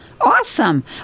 awesome